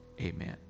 Amen